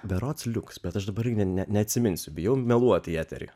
berods liuks bet aš dabar neatsiminsiu bijau meluoti į eterį